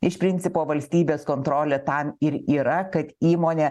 iš principo valstybės kontrolė tam ir yra kad įmonė